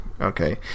okay